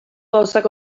gauzak